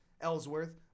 Ellsworth